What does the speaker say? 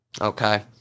Okay